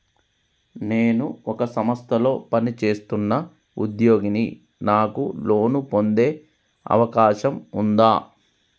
నేను ఒక సంస్థలో పనిచేస్తున్న ఉద్యోగిని నాకు లోను పొందే అవకాశం ఉందా?